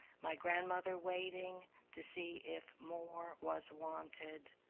my grandmother waiting to see if more was wanted,